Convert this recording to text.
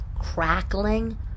crackling